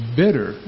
bitter